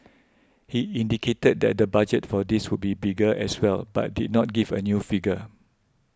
he indicated that the budget for this would be bigger as well but did not give a new figure